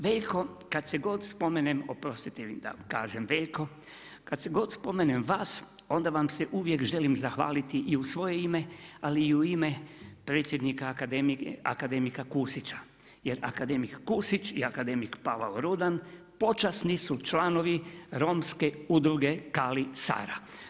Veljko kad se god spomenem, oprostite mi da kažem Veljko, kad se god spomenem vas, onda vam se uvijek želim zahvaliti i u svoje ime, ali i u ime predsjednika Akademije Kusića, jer akademik Kusić i akademik Pavao Rudan, počasni su članovi romske udruge KALI SARA.